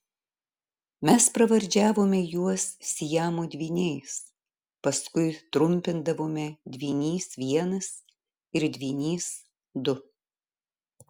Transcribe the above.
mes pravardžiavome juos siamo dvyniais paskui trumpindavome dvynys vienas ir dvynys du